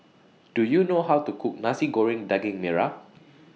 Do YOU know How to Cook Nasi Goreng Daging Merah